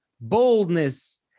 boldness